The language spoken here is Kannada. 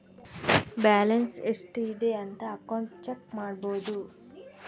ಬ್ಯಾಲನ್ಸ್ ಎಷ್ಟ್ ಇದೆ ಅಂತ ಅಕೌಂಟ್ ಚೆಕ್ ಮಾಡಬೋದು